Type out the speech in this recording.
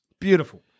Beautiful